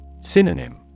Synonym